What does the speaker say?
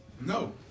No